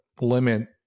limit